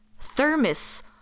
thermos